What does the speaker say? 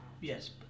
Yes